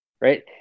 right